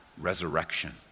resurrection